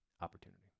opportunity